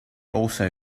also